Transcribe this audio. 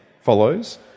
follows